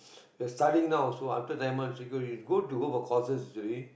you're studying now also after ten months it's good to go for courses actually